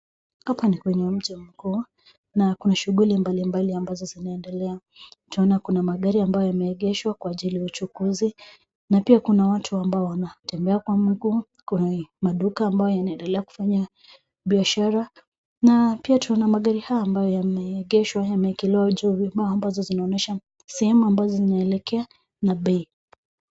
Hapa ni kwenye mji mkuu na kuna shughuli mbalimbali ambazo zinaendelea. Twaona kuna magari ambayo yameegeshwa kwa ajili ya uchukuzi na pia kuna watu ambao wanatembea kwa mguu , kuna maduka mbayo yanaendelea kufanya biashara na pia twaona magari haya ambayo yameegeshwa yameekelewa uji wa vibao ambazo zinaonyesha sehemu ambazo zinaelekea na bei.